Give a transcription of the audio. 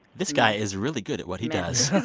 this guy is really good at what he does does